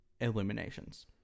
Illuminations